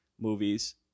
movies